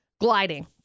gliding